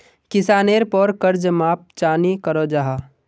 किसानेर पोर कर्ज माप चाँ नी करो जाहा?